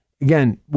again